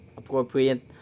appropriate